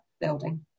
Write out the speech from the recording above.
building